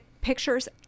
pictures